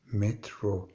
metro